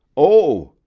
oh,